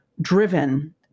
driven